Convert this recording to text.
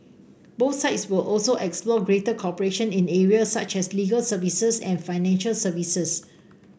both sides will also explore greater cooperation in areas such as legal services and financial services